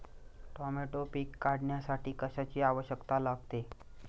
Tomato पीक काढण्यासाठी कशाची आवश्यकता लागते?